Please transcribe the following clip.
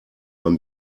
ein